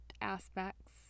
aspects